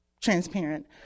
transparent